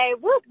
whoop